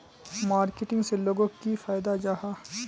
Marketing से लोगोक की फायदा जाहा?